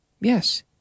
Yes